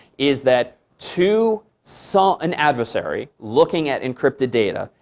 is that to so an adversary looking at encrypted data,